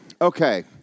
okay